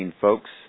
Folks